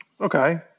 okay